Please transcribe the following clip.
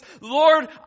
Lord